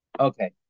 Okay